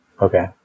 Okay